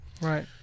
Right